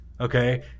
okay